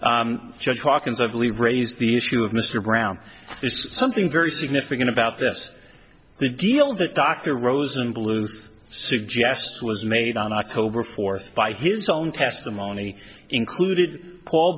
judge hawkins i believe raised the issue of mr brown is something very significant about this the deal that dr rosenbluth suggests was made on october fourth by his own testimony included paul